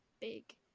big